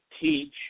teach